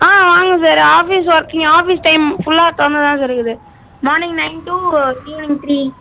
ஆ வாங்க sir office working office time ஃபுல்லாக திறந்து தான் சார் இருக்குது morning nine to evening three